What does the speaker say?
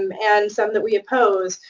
um and some that we oppose,